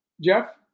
Jeff